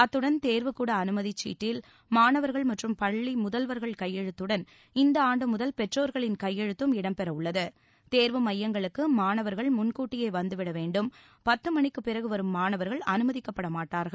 அத்துடன் தேர்வுக்கூட அனுமதி சீட்டில் மாணவர்கள் மற்றும் பள்ளி முதல்வர்கள் கையெழுத்துடன் இந்த ஆண்டு முதல் பெற்றோர்களின் கையெழுத்தும் இடம் பெற உள்ளது தேர்வு மையங்களுக்கு மாணவர்கள் முன்கூட்டியே வந்துவிட வேண்டும் பத்து மணிக்குப் பிறகு வரும் மாணவர்கள் அனுமதிக்கப்பட மாட்டார்கள்